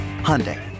Hyundai